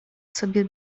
sobie